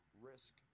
risk